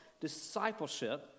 discipleship